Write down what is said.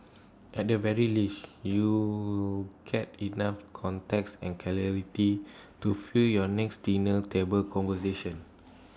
at the very least you'll get enough context and clarity to fuel your next dinner table conversation